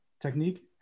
technique